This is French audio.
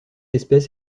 espèce